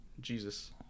Jesus